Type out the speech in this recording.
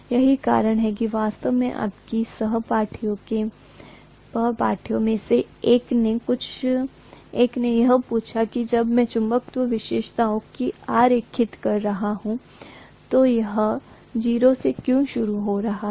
यही कारण है कि वास्तव में आपके सहपाठियों में से एक ने यह पूछा कि जब मैं चुंबकत्व विशेषताओं को आरेखित कर रहा था तो यह 0 से क्यों शुरू हो रहा था